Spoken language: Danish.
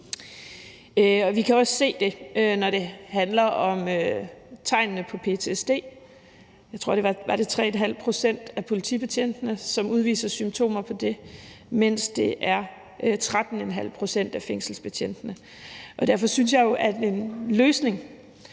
Vi kan også se det, når det handler om tegnene på ptsd. Jeg tror, det er 3½ pct. af politibetjentene, som udviser symptomer på det, mens det er 13½ pct. af fængselsbetjentene. Derfor synes jeg jo, at en løsning